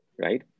Right